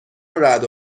رعد